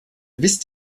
wisst